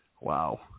wow